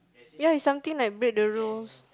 ya it's something like break the rules